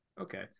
Okay